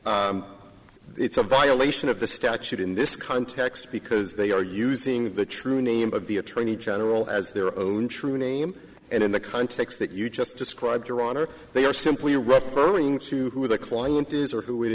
it's a violation of the statute in this context because they are using the true name of the attorney general as their own true name and in the context that you just described your honor they are simply referring to who the client is or who it